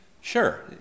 Sure